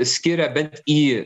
skiria bent į